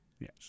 Yes